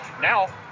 Now